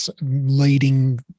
leading